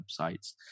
websites